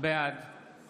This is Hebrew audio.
בעד